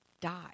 die